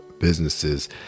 businesses